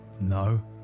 No